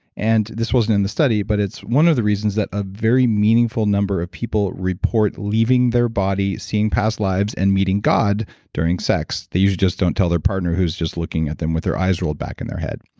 and this wasn't in the study, but it's one of the reasons that a very meaningful number of people report leaving their body, seeing past lives and meeting god during sex. they usually just don't tell their partner, who's just looking at them with their eyes rolled back in their head.